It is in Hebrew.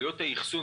עלויות האכסון,